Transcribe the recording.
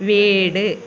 വീട്